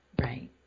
Right